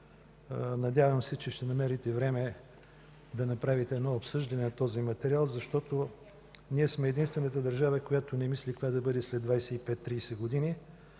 Надявам се, че ще намерите време да направите обсъждане на този материал, защото ние сме единствената държава, която не мисли каква да бъде след 25 – 30 години.